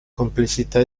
complessità